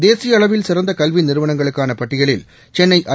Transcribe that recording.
தேசிய அளவில் சிறந்த கல்வி நிறுவனங்களுக்கான பட்டியலில் சென்னை ஐ